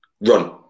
run